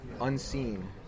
unseen